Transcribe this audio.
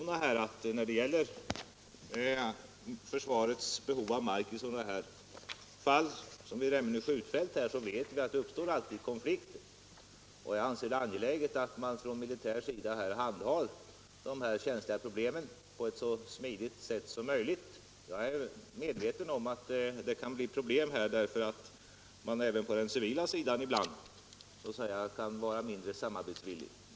När det gäller försvarets behov av mark i sådana fall som vid Remmene skjutfält vet vi att det alltid uppstår konflikter. Det är angeläget att man från militär sida handhar dessa känsliga frågor på ett så smidigt sätt som möjligt. Jag är medveten om att det här kan bli problem, eftersom man även på den civila sidan ibland kan vara mindre samarbetsvillig.